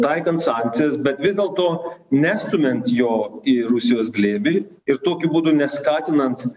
taikant sankcijas bet vis dėlto nestumiant jo į rusijos glėbį ir tokiu būdu neskatinant